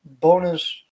bonus